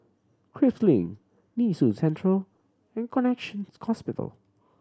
Prinsep Link Nee Soon Central and Connexion Hospital